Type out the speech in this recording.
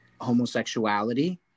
homosexuality